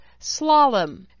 Slalom